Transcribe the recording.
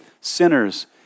sinners